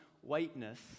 whiteness